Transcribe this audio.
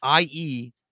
IE